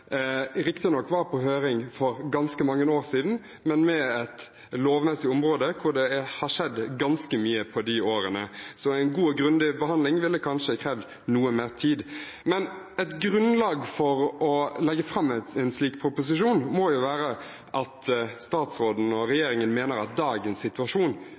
riktignok var på høring for ganske mange år siden, men på et lovmessig område hvor det har skjedd ganske mye på de årene. En god og grundig behandling ville kanskje krevd noe mer tid. Et grunnlag for å legge fram en slik proposisjon må jo være at statsråden og regjeringen mener at dagens situasjon